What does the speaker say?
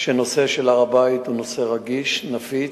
שהנושא של הר-הבית הוא נושא רגיש, נפיץ,